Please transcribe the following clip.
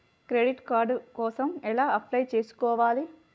Credit card కోసం ఎలా apply చేసుకోవాలి?